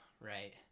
right